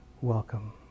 welcome